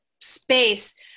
space